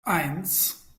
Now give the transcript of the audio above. eins